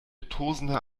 tosender